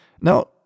Now